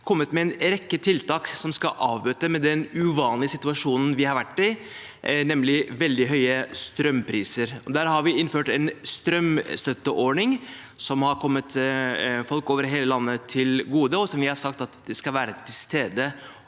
kommet med en rekke tiltak som skal avbøte den uvanlige situasjonen vi har vært i, nemlig veldig høye strømpriser. Der har vi innført en strømstøtteordning som har kommet folk over hele landet til gode, og som vi har sagt skal være til stede